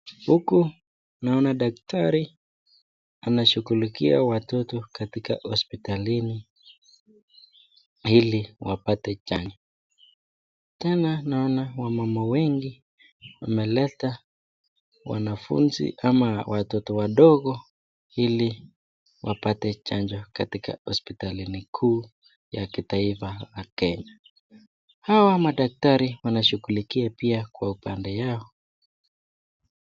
Huku naona daktari anashughulikia watoto katika hospitali ili wapate chanjo. Tena naona wanawake wengi wameleta wanafunzi ama watoto wadogo ili wapate chanjo katika hospitali kuu ya kitaifa ya Kenya. Hawa madaktari wanashughulikia pia kwa upande wao.